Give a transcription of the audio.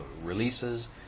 releases